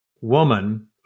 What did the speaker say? woman